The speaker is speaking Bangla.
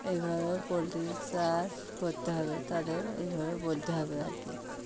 এইভাবে পোলট্রির চাষ করতে হবে তাদের এইভাবে বলতে হবে আর কি